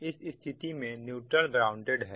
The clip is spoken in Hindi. इस स्थिति में न्यूट्रल ग्राउंडेड है